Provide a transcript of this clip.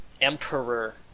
Emperor